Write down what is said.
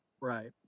right